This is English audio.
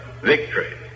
victory